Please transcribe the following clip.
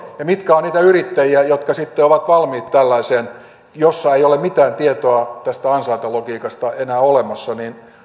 mitkä ovat niitä yrittäjiä jotka sitten ovat valmiit tällaiseen jossa ei ole mitään tietoa tästä ansaintalogiikasta enää olemassa